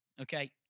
okay